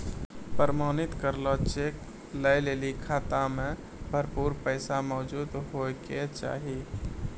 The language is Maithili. प्रमाणित करलो चेक लै लेली खाता मे भरपूर पैसा मौजूद होय के चाहि